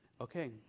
okay